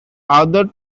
other